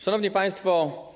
Szanowni Państwo!